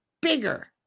bigger